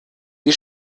die